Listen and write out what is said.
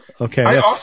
okay